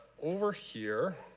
over here,